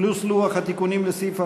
פלוס לוח התיקונים לסעיף 49,